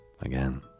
again